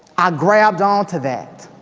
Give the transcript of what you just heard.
i grabbed onto that,